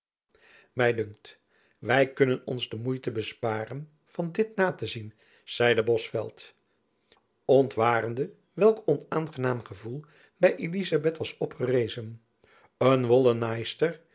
my dunkt wy kunnen ons de moeite besparen van dit na te zien zeide bosveldt ontwarende welk onaangenaam gevoel by elizabeth was opgerezen een wollenaaister